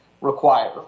require